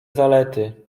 zalety